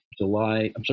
July